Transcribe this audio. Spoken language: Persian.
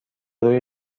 روی